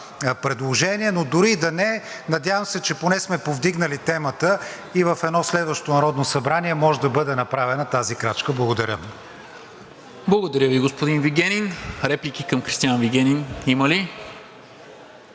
предложение, но дори и да не, надявам се, че поне сме повдигнали темата и в едно следващо Народно събрание може да бъде направена тази крачка. Благодаря. ПРЕДСЕДАТЕЛ НИКОЛА МИНЧЕВ: Благодаря Ви, господин Вигенин. Реплики към Кристиан Вигенин има ли?